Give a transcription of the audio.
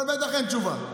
אבל בטח אין תשובה.